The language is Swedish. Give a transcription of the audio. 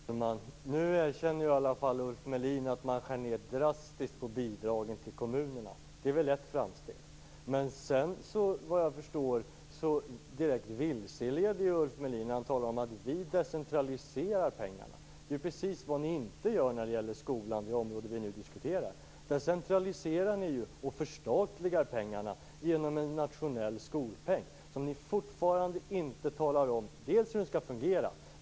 Herr talman! Nu erkänner i alla fall Ulf Melin att man skär ned drastiskt på bidragen till kommunerna. Det är väl ett framsteg. Men vad jag förstår direkt vilseleder Ulf Melin när han säger: Vi decentraliserar pengarna. Det är ju precis vad ni inte gör när det gäller skolan, det område vi nu diskuterar. Där centraliserar ni ju och förstatligar pengarna genom en nationell skolpeng. Ni talar fortfarande inte om hur den skall fungera.